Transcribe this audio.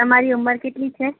તમારી ઉંમર કેટલી છે